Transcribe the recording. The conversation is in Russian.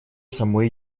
самой